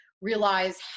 realize